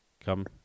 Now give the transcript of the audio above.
Come